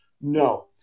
No